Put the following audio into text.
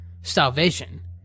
salvation